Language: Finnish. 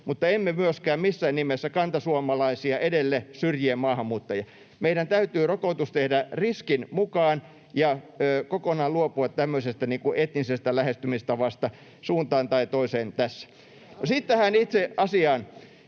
mutta emme myöskään missään nimessä kantasuomalaisia edelle syrjien maahanmuuttajia. Meidän täytyy rokotus tehdä riskin mukaan ja kokonaan luopua tämmöisestä etnisestä lähestymistavasta suuntaan tai toiseen tässä. [Mika Niikon